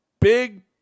big